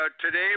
Today